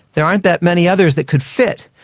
there aren't that many others that could fit.